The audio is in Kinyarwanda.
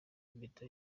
impeta